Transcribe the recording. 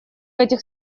этих